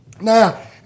Now